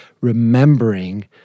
remembering